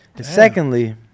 Secondly